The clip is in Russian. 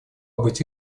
быть